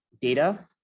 Data